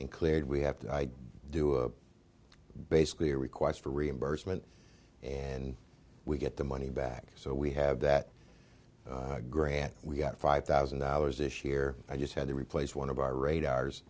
in cleared we have to do a basically a request for reimbursement and we get the money back so we have that grant we got five thousand dollars this year i just had to replace one of our radars